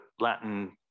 Latin